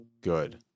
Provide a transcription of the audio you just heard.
good